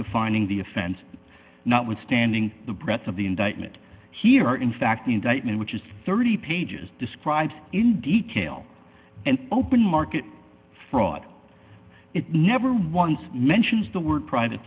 defining the offense not withstanding the breadth of the indictment here in fact the indictment which is thirty pages describes in detail and open market fraud it never once mentions the word private